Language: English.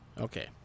Okay